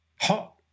hot